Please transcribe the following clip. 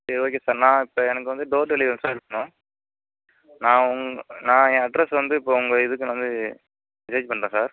சரி okay sir நான் இப்போ எனக்கு வந்து டோர் டெலிவெரி சார் வேணும் நான் உங்க நான் என் அட்ரஸ் வந்து இப்போ உங்கள் இதுக்கு நான் வந்து மெசேஜ் பண்ணுறேன் சார்